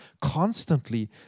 constantly